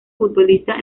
futbolista